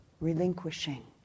relinquishing